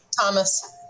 Thomas